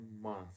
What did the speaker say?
month